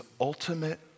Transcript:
ultimate